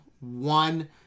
one